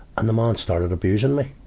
and the man started abusing me,